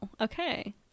okay